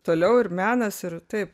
toliau ir menas ir taip